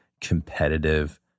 competitive